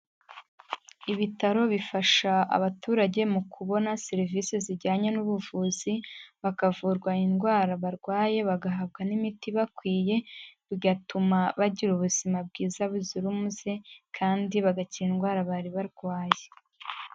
Ibitaro bifasha abaturage mu kubona serivisi zijyanye n'ubuvuzi, bakavurwa indwara barwaye bagahabwa n'imiti ibakwiye, bigatuma bagira ubuzima bwiza buzira umuze, kandi bagakira indwara bari barwaye.